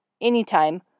anytime